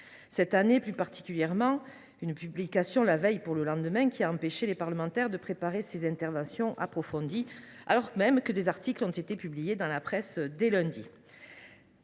Cette année surtout, sa publication la veille même du débat a empêché les parlementaires de préparer des interventions approfondies, alors même que des articles avaient été publiés dans la presse dès lundi